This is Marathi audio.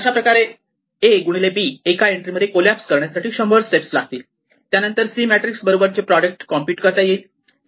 अशाप्रकारे A गुणिले B एका एन्ट्री मध्ये कोलॅप्स करण्यासाठी 100 स्टेप लागतील त्यानंतर C मॅट्रिक्स बरोबरचे प्रॉडक्ट कॉम्प्युट करता येईल